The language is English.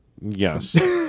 Yes